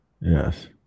Yes